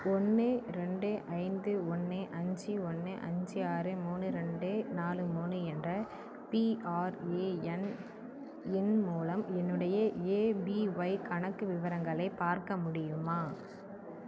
ஒன்று ரெண்டு ஐந்து ஒன்று அஞ்சு ஒன்று அஞ்சு ஆறு மூணு ரெண்டு நாலு மூணு என்ற பிஆர்ஏஎன் எண் மூலம் என்னுடைய ஏபிஒய் கணக்கு விவரங்களை பார்க்க முடியுமா